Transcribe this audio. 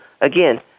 Again